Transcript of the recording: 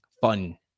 fun